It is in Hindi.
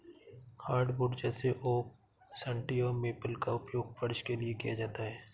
हार्डवुड जैसे ओक सन्टी और मेपल का उपयोग फर्श के लिए किया जाता है